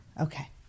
Okay